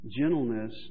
gentleness